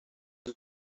and